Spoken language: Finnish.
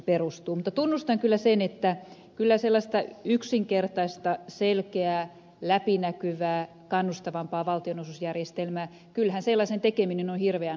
mutta tunnustan kyllä sen että kyllä sellaisen yksinkertaisen selkeän läpinäkyvän kannustavamman valtionosuusjärjestelmän tekeminen on hirveän haastavaa